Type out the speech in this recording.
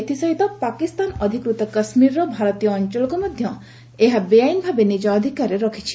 ଏଥିସହିତ ପାକିସ୍ତାନ ଅଧିକୃତ କାଶ୍ମୀରର ଭାରତୀୟ ଅଞ୍ଚଳକୁ ମଧ୍ୟ ଏହା ବେଆଇନ ଭାବେ ନିଜ ଅଧିକାରରେ ରଖିଛି